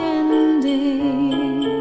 ending